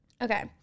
Okay